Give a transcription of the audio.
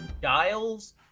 dials